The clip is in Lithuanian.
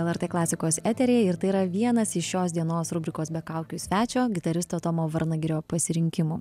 lrt klasikos etery ir tai yra vienas iš šios dienos rubrikos be kaukių svečio gitaristo tomo varnagirio pasirinkimų